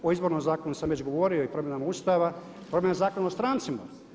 O Izbornom zakonu sam već govorio i promjenama Ustava, promjena Zakona o strancima.